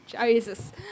Jesus